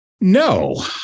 No